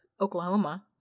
Oklahoma